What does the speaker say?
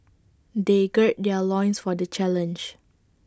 they gird their loins for the challenge